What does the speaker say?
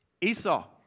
Esau